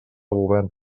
govern